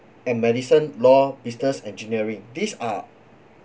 and medicine law business engineering these are